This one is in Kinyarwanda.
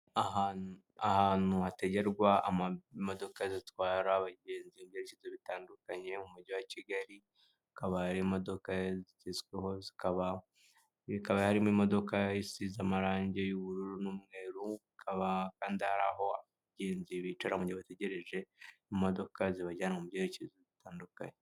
Ahantu hategerwa imodoka zitwara abagenzi mu byerekezo bitandukanye mu mujyi wa Kigali, hakaba hari imodoka zigezweho zikaba harimo imodoka isize amarangi y'ubururu n'umweru, ikaba kandi aho abagenzi bicara mu gihe bategereje imodoka zibajyana mu byerekezo bitandukanye.